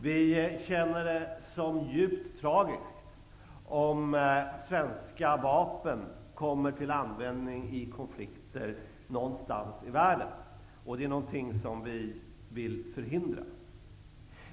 Vi känner det som djupt tragiskt om svenska vapen kommer till användning i konflikter någonstans i världen. Det är någonting som vi vill förhindra.